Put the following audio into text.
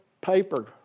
paper